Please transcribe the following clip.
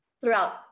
throughout